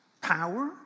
power